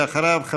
ואחריו,